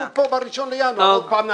ב-1 בינואר אנחנו שוב כאן,